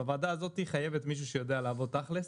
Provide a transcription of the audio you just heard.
והוועדה הזאת חייבת מישהו שיודע לעבוד תכל'ס.